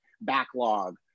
backlog